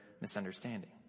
misunderstanding